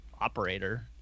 operator